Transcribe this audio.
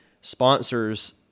sponsors